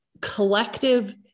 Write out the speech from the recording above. collective